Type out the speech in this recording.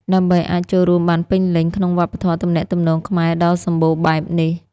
ដើម្បីអាចចូលរួមបានពេញលេញក្នុងវប្បធម៌ទំនាក់ទំនងខ្មែរដ៏សម្បូរបែបនេះ។